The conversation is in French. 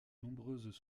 nombreuses